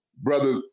brother